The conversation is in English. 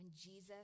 Jesus